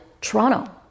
Toronto